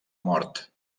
mort